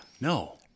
no